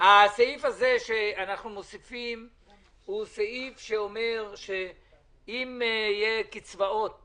הסעיף הזה שאנחנו מוסיפים הוא סעיף שאומר שאם יהיו קצבאות